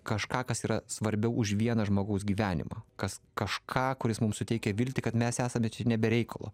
kažką kas yra svarbiau už vieno žmogaus gyvenimą kas kažką kuris mums suteikia viltį kad mes esame čia ne be reikalo